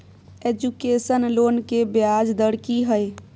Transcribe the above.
Education loan के ब्याज दर की हय?